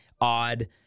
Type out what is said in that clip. odd